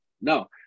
no